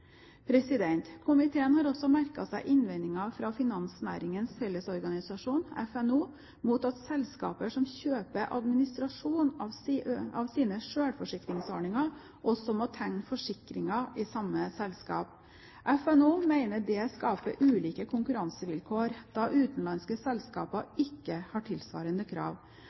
Komiteen har også merket seg innvendinger fra Finansnæringens Fellesorganisasjon, FNO, mot at selskaper som kjøper administrasjon av sine selvforsikringsordninger, også må tegne forsikringer i samme selskap. FNO mener at det skaper ulike konkurransevilkår, da utenlandske selskaper ikke har tilsvarende krav.